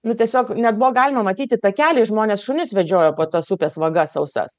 nu tiesiog net buvo galima matyti takelį žmonės šunis vedžiojo po tos upės vaga sausas